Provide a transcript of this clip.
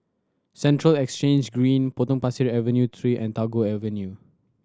Central Exchange Green Potong Pasir Avenue Three and Tagore Drive